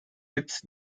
its